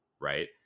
Right